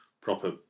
proper